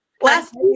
Last